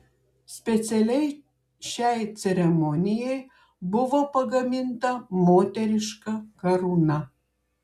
specialiai šiai ceremonijai buvo pagaminta moteriška karūna